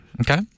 Okay